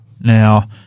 Now